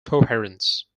coherence